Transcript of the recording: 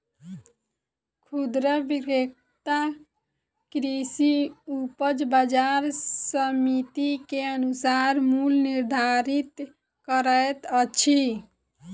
खुदरा विक्रेता कृषि उपज बजार समिति के अनुसार मूल्य निर्धारित करैत अछि